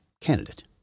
candidate